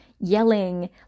yelling